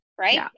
right